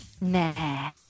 Nah